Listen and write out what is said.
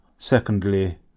Secondly